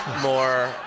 more